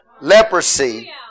leprosy